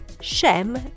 Shem